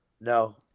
No